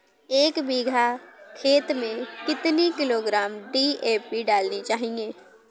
एक बीघा खेत में कितनी किलोग्राम डी.ए.पी डालनी चाहिए?